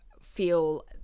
feel